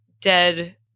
dead